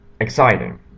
Exciting